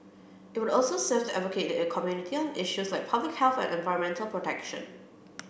it will also serve to advocate the community on issues like public health and environmental protection